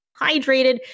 hydrated